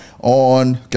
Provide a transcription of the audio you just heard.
on